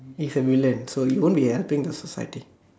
he's a villain so he won't be helping the society